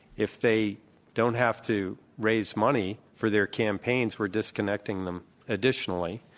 if they don't have to raise money for their campaigns, we're disconnecting them additionally.